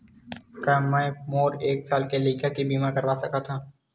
का मै मोर एक साल के लइका के बीमा करवा सकत हव?